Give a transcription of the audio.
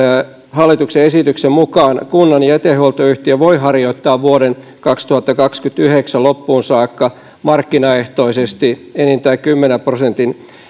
hallituksen esityksen mukaan kunnan jätehuoltoyhtiö voi harjoittaa vuoden kaksituhattakaksikymmentäyhdeksän loppuun saakka markkinaehtoisesti enintään kymmenen